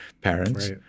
parents